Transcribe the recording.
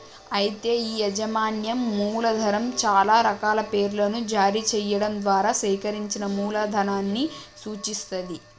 అయితే ఈ యాజమాన్యం మూలధనం చాలా రకాల పేర్లను జారీ చేయడం ద్వారా సేకరించిన మూలధనాన్ని సూచిత్తది